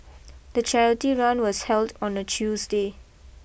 the charity run was held on a Tuesday